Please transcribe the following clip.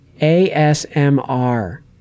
A-S-M-R